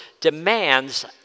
demands